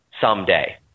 someday